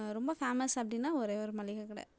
ரொம்ப ஃபேமஸ் அப்படின்னா ஒரே ஒரு மளிகைக்கட